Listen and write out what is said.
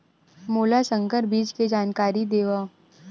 मोला संकर बीज के जानकारी देवो?